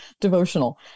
devotional